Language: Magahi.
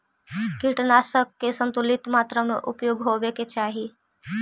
कीटनाशक के संतुलित मात्रा में उपयोग होवे के चाहि